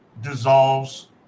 dissolves